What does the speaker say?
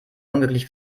unglücklich